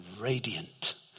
radiant